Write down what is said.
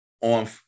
on